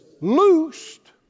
loosed